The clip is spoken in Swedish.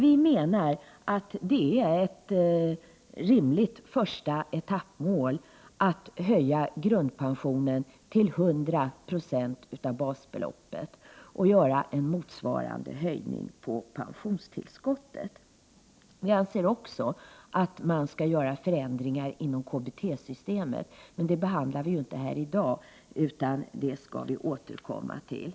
Vi menar att det är ett rimligt första etappmål att höja grundpensionen till 100 90 av basbeloppet och att göra en motsvarande höjning av pensionstillskottet. Vi anser också att man skall göra förändringar inom KBT-systemet, men det behandlar vi inte här i dag utan det skall vi återkomma till.